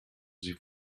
sie